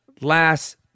last